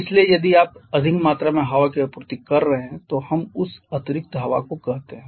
इसलिए यदि आप अधिक मात्रा में हवा की आपूर्ति कर रहे हैं तो हम उस अतिरिक्त हवा को कहते हैं